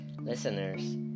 listeners